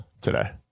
today